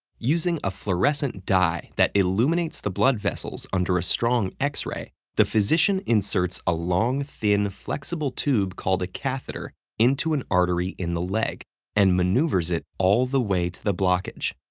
using a fluorescent dye that illuminates the blood vessels under a strong x-ray, the physician inserts a long, thin, flexible tube called a catheter into an artery in the leg and maneuvers it all the way to the blockage.